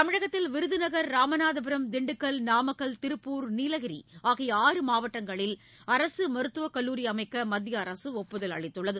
தமிழகத்தில் விருதநகர் ராமநாதபுரம் திண்டுக்கல் நாமக்கல் திருப்பூர் நீலகிரி ஆகிய ஆறு மாவட்டங்களில் அரசு மருத்துவக்கல்லூரி அமைக்க மத்திய அரசு ஒப்புதல் அளித்துள்ளது